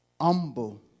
Humble